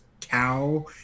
cow